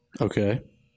Okay